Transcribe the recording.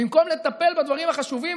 במקום לטפל בדברים החשובים.